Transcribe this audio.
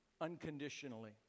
unconditionally